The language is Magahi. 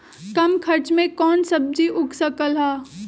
कम खर्च मे कौन सब्जी उग सकल ह?